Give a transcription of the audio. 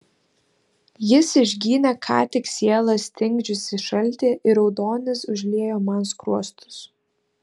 jis išginė ką tik sielą stingdžiusį šaltį ir raudonis užliejo man skruostus